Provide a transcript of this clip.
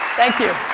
thank you.